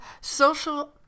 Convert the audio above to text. social